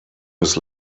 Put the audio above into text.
his